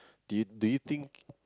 do you do you think